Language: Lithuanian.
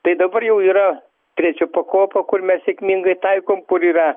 tai dabar jau yra trečia pakopa kur mes sėkmingai taikom kur yra